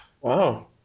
Wow